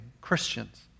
Christians